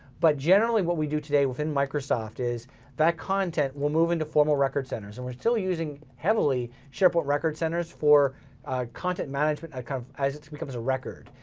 but generally what we do today within microsoft is that content will move into formal record centers, and we're still using, heavily, sharepoint record centers for content management kind of as it becomes a record.